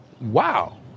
wow